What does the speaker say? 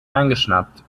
eingeschnappt